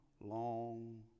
long